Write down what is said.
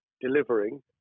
delivering